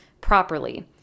properly